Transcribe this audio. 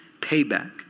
payback